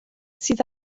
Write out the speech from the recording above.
sydd